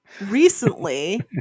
recently